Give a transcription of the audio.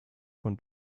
von